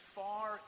far